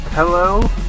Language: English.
Hello